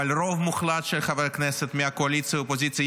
אבל רוב מוחלט של חברי הכנסת מהקואליציה ומהאופוזיציה,